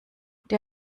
der